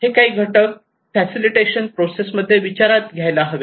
हे काही घटक फॅसिलिटेशन प्रोसेस मध्ये विचारात घ्यायला हवे